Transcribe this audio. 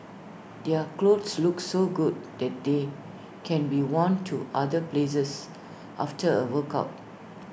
their clothes look so good that they can be worn to other places after A workout